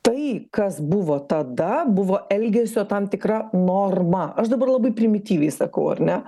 tai kas buvo tada buvo elgesio tam tikra norma aš dabar labai primityviai sakau ar ne